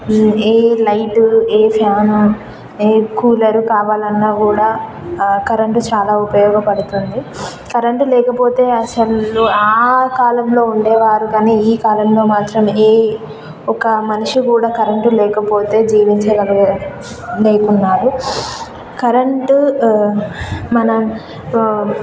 ఏ light ఏ fan ఏ cooler కావాలన్నా కూడా కరెంట్ చాలా ఉపయోగపడుతుంది కరెంటు లేకపోతే అసలు ఆ కాలంలో ఉండేవారు కానీ ఈ కాలంలో మాత్రం ఏ ఒక్క మనిషి కూడా కరెంటు లేకపోతే జీవించ గల లేరు లేకున్నారు కరెంటు మనం